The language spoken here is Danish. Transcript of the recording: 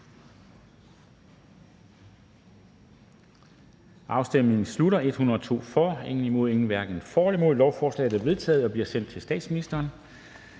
afstemningen afsluttet.